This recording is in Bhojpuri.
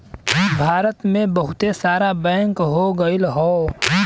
भारत मे बहुते सारा बैंक हो गइल हौ